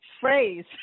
phrase